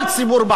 לא רק בארץ,